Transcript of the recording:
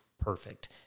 perfect